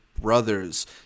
Brothers